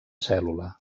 cèl·lula